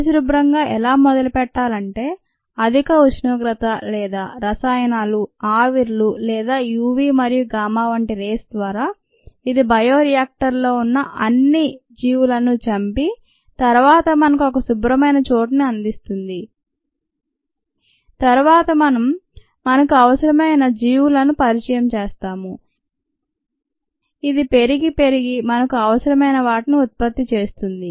పరిశుభ్రంగా ఎలా మొదలుపెట్టాలంటే అధిక ఉష్ణోగ్రత లేదా రసాయనాలు ఆవిర్లు లేదా UV మరియు గామా వంటి రేస్ ద్వారా ఇది బయో రియాక్టరులో ఉన్న అన్ని బయో ులను చంపి తరువాత మనకు ఒక శుభ్రమైన చోటును అందిస్తుంది తరువాత మనం మనకు అవసరమైన బయో ులను పరిచయం చేస్తాము ఇది పెరిగి పెరిగి మనకు అవసరమైనవాటిని ఉత్పత్తి చేస్తుంది